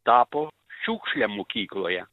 tapo šiukšle mokykloje